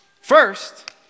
First